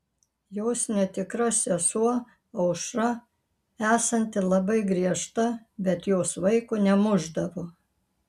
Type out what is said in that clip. jos netikra sesuo aušra esanti labai griežta bet jos vaiko nemušdavo